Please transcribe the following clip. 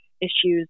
issues